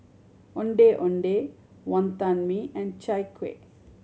Ondeh Ondeh Wonton Mee and Chai Kuih